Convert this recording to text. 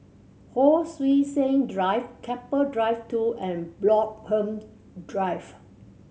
Hon Sui Sen Drive Keppel Drive Two and Bloxhome Drive